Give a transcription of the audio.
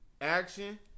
action